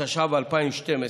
התשע"ב 2012,